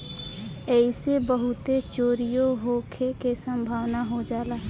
ऐइसे बहुते चोरीओ होखे के सम्भावना हो जाला